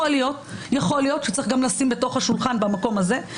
יכול להיות שצריך גם לשים על השולחן במקום הזה,